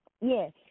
yes